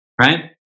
Right